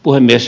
puhemies